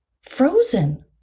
frozen